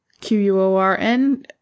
Q-U-O-R-N